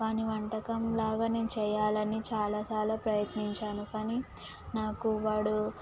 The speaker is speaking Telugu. వాని వంటకం లాగా నేను చేయాలని చాలాసార్లు ప్రయత్నించాను కానీ నాకు వాడు